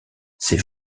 c’est